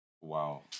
wow